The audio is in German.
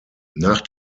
nach